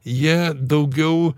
jie daugiau